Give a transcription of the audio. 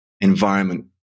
environment